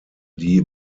die